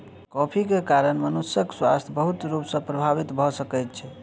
coffee के कारण मनुषक स्वास्थ्य बहुत रूप सॅ प्रभावित भ सकै छै